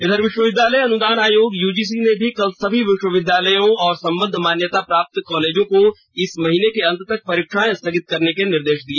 वहीं विश्वविद्यालय अनुदान आयोग ने भी कल सभी विश्वविद्यालयों और संबद्ध मान्यता प्राप्त कॉलेजों को इस महीने के अँत तक परीक्षाएं स्थगित करने के निर्देश दिए